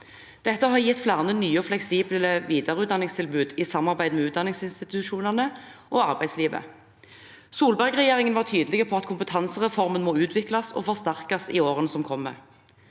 Dette har gitt flere nye og fleksible videreutdanningstilbud i samarbeid med utdanningsinstitusjonene og arbeidslivet. Solberg-regjeringen var tydelig på at kompetansereformen må utvikles og forsterkes i årene som kommer.